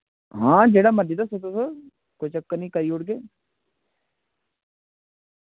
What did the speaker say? हां जेह्ड़ा मरज़ी दस्सो तुस कोई चक्कर निं करी ओड़गे